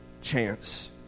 chance